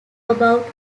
about